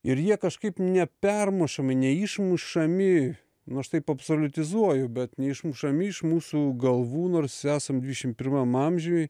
ir jie kažkaip nepermušami neišmušami nu aš taip absoliutizuoju bet neišmušami iš mūsų galvų nors esam dvidešimt pirmam amžiuj